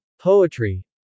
Poetry